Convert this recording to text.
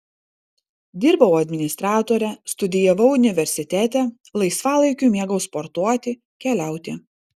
dirbau administratore studijavau universitete laisvalaikiu mėgau sportuoti keliauti